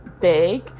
big